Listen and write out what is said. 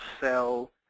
sell